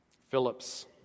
Phillips